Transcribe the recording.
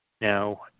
Now –